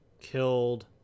killed